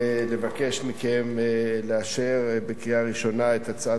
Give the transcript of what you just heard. ולבקש מכם לאשר בקריאה ראשונה את הצעת